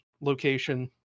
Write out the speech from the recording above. location